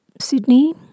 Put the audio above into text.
Sydney